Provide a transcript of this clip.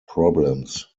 problems